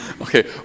Okay